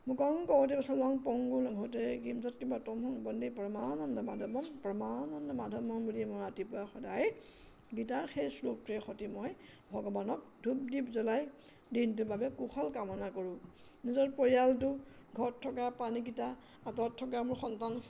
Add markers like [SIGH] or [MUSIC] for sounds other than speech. [UNINTELLIGIBLE] ঘোতে গীম য'ত কিবা তংসে প্ৰমাণ মাধৱম প্ৰমাণ মাধৱম বুলি মই ৰাতিপুৱা সদায় গীতাৰ সেই শ্লোকটোৰ সৈতি মই ভগৱানক ধূপ দ্বীপ জ্বলাই দিনটোৰ বাবে কুশল কামনা কৰোঁ নিজৰ পৰিয়ালটো ঘৰত থকা প্ৰাণীকিটা আঁতৰত থকা মোৰ সন্তান